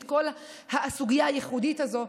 את כל הסוגיה הייחודית הזאת,